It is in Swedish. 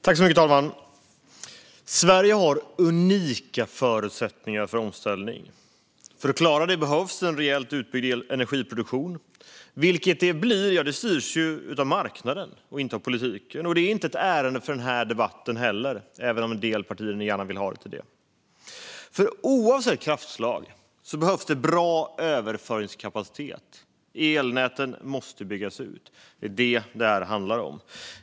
Fru talman! Sverige har unika förutsättningar för omställning. För att klara denna omställning behövs en rejält utbyggd energiproduktion, men vad det blir styrs av marknaden, inte politiken. Det är inte heller ämnet för denna debatt, även om en del partier gärna vill få det till det. Oavsett kraftslag behövs bra överföringskapacitet. Elnäten måste byggas ut. Det är det detta handlar om.